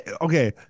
okay